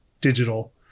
digital